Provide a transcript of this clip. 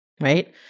right